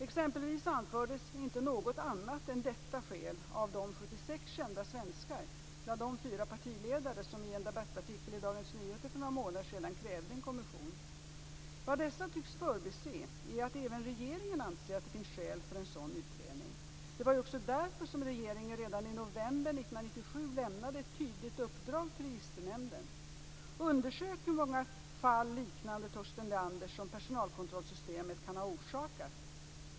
Exempelvis anfördes inte något annat än detta skäl av de "76 kända svenskar", bland dem fyra partiledare, som i en debattartikel i Dagens Nyheter för några månader sedan krävde en kommission. Vad dessa tycks förbise är att även regeringen anser att det finns skäl för en sådan utredning. Det var ju också därför som regeringen redan i november 1997 lämnade ett tydligt uppdrag till Registernämnden: Undersök hur många fall liknande Torsten Leanders som personalkontrollsystemet kan ha orsakat!